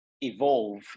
evolve